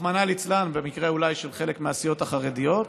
רחמנא ליצלן, אולי, במקרה של חלק מהסיעות החרדיות,